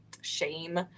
shame